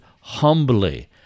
humbly